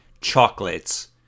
Chocolates